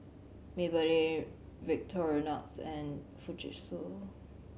Maybelline Victorinox and Fujitsu